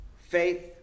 faith